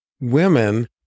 women